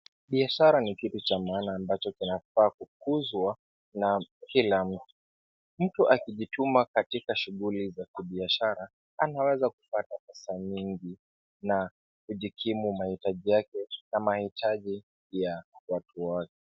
Biashara ni kitu cha maana ambacho kinafaa kukuzwa na kila mtu. Mtu akijituma katika shughuli za kibiashara, anaweza kupata pesa nyingi na kujikimu mahitaji yake na mahitaji ya watu wake.